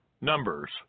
Numbers